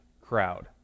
crowd